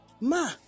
ma